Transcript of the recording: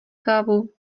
kávu